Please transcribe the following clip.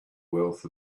wealth